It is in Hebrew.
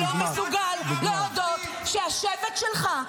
אתה לא מסוגל להודות שהשבט שלך,